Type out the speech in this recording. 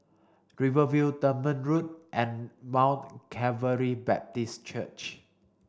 Rivervale Dunman Road and Mount Calvary Baptist Church